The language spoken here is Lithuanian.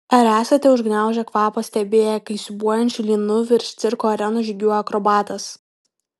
ar esate užgniaužę kvapą stebėję kai siūbuojančiu lynu virš cirko arenos žygiuoja akrobatas